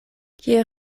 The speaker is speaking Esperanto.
kie